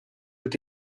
with